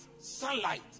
sunlight